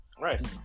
Right